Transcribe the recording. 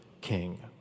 king